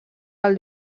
del